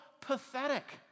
pathetic